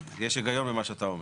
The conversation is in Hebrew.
יש היגיון במה שאתה אומר,